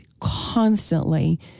constantly